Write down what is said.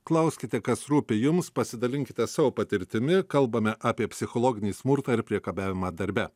klauskite kas rūpi jums pasidalinkite savo patirtimi kalbame apie psichologinį smurtą ir priekabiavimą darbe